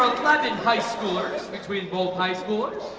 clapping high-schoolers between both high scores,